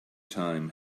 time